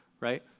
right